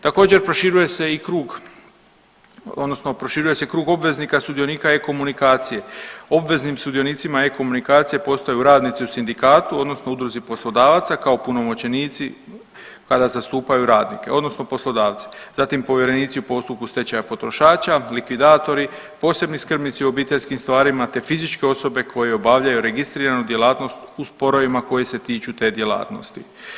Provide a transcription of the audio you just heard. Također se proširuje i krug odnosno proširuje se krug obveznika sudionika e-Komunikacije, obveznim sudionicima e-Komunikacije postaju radnici u sindikatu odnosno Udruzi poslodavaca kao punomoćenici kada zastupaju radnike odnosno poslodavci, zatim povjerenici u postupku stečaja potrošača, likvidatori, posebni skrbnici u obiteljskim stvarima te fizičke osobe koje obavljaju registriranu djelatnost u sporovima koje se tiču te djelatnosti.